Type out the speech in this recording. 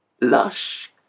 lush